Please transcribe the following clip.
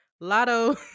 Lotto